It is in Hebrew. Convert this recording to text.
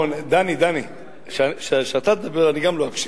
דני, דני, כשאתה תדבר גם אני לא אקשיב.